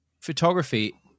photography